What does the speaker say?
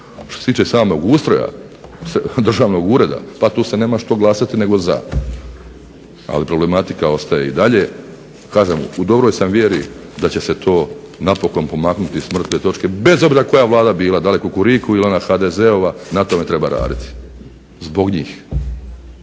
Što se tiče samog ustroja državnog ureda, tu se nema što glasati nego za, ali problematika ostaje i dalje, ali kažem u dobroj sam vjeri da će se to pomaknuti s mrtve točke bez obzira koja Vlada bila da li Kukuriku ili ona HDZ-ova na tome treba raditi zbog njih.